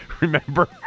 Remember